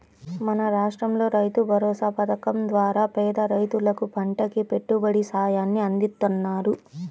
మన రాష్టంలో రైతుభరోసా పథకం ద్వారా పేద రైతులకు పంటకి పెట్టుబడి సాయాన్ని అందిత్తన్నారు